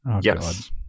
Yes